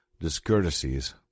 discourtesies